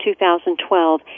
2012